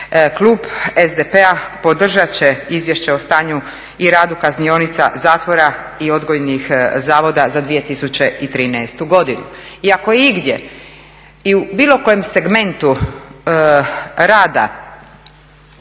klub SDP-a podržat će Izvješće o stanju i radu kaznionica, zatvora i odgojnih zavoda za 2013. godinu. I ako je igdje i u bilo kojem segmentu rada